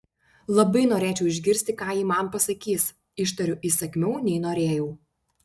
labai norėčiau išgirsti ką ji man pasakys ištariu įsakmiau nei norėjau